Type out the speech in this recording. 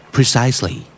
Precisely